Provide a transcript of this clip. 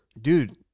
dude